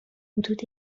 حدود